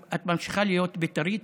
את ממשיכה להיות בית"רית?